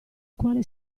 quale